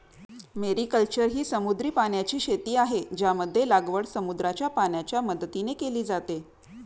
mariculture ही समुद्री पाण्याची शेती आहे, ज्यामध्ये लागवड समुद्राच्या पाण्याच्या मदतीने केली जाते